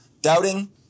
Doubting